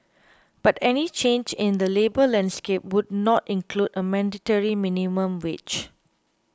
but any change in the labour landscape would not include a mandatory minimum wage